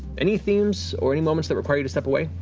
any themes or any moments that require you to step away,